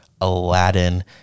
Aladdin